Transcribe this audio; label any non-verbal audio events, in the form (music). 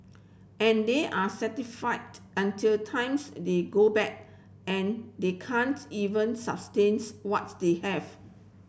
and they are (unintelligible) until times they go bad and they can't even sustains what's they have